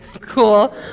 cool